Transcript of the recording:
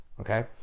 Okay